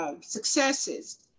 Successes